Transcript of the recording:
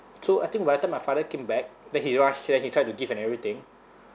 so I think by the time my father came back then he rushed then he try to give and everything